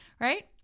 right